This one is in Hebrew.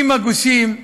עם הגושים,